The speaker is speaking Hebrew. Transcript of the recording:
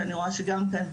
שאני רואה שגם כאן,